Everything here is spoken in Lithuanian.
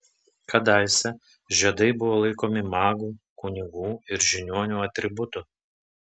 kadaise žiedai buvo laikomi magų kunigų ir žiniuonių atributu